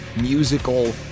musical